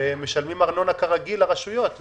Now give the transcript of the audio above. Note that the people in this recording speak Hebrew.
ומשלמים לרשויות כרגיל ארנונה.